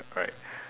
alright